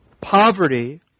poverty